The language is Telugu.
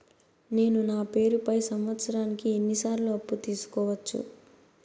నేను నా పేరుపై సంవత్సరానికి ఎన్ని సార్లు అప్పు తీసుకోవచ్చు?